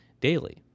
daily